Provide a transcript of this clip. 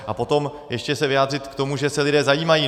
A potom ještě se vyjádřit k tomu, že se lidé zajímají.